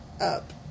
up